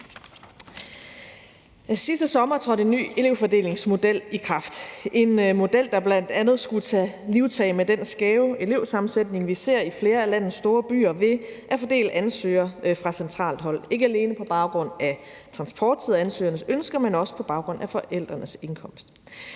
Sidste sommer trådte en ny elevfordelingsmodel i kraft. Det var en model, der bl.a. skulle tage livtag med den skæve elevsammensætning, vi ser i flere af landets store byer, ved at fordele ansøgere fra centralt hold, ikke alene på baggrund af transporttid og ansøgernes ønsker, men også på baggrund af forældrenes indkomst.